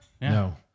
No